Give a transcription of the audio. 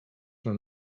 nam